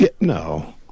No